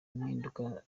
impinduka